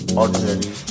ordinary